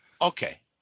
Okay